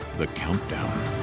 the countdown.